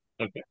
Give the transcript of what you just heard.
okay